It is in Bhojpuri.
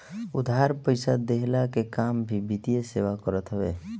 उधार पईसा देहला के काम भी वित्तीय सेवा करत हवे